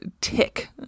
tick